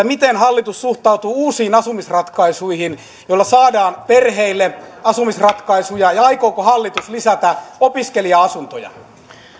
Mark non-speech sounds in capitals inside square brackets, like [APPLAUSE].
[UNINTELLIGIBLE] miten hallitus suhtautuu uusiin asumisratkaisuihin joilla saadaan perheille asumisratkaisuja ja ja aikooko hallitus lisätä opiskelija asuntoja